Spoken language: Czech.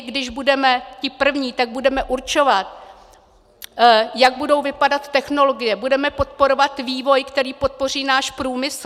Když my budeme ti první, tak budeme určovat, jak budou vypadat technologie, budeme podporovat vývoj, který podpoří náš průmysl.